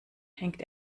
hängt